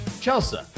Chelsea